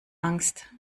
angst